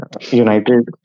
United